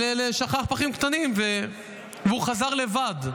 שכח פכים קטנים, והוא חזר לבד.